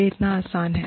यह इतना आसान है